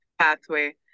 pathway